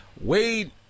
Wade